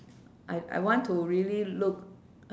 I I want to really look